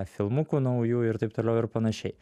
filmukų naujų ir taip toliau ir panašiai